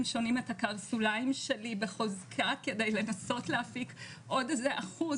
שונים את הקרסוליים שלי בחוזקה כדי לנסות להפיק עוד איזה אחוז,